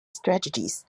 strategies